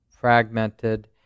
fragmented